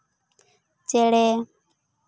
ᱪᱮᱬᱮ